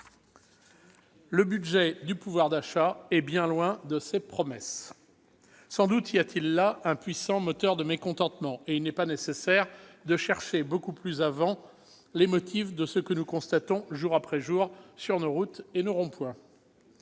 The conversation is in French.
« budget du pouvoir d'achat » est bien loin de ses promesses. Sans doute y a-t-il là un puissant moteur de mécontentement, et il n'est pas nécessaire de chercher beaucoup plus avant les motifs de ce que nous constatons jour après jour sur nos routes et nos ronds-points.